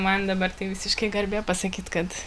man dabar tai visiškai garbė pasakyt kad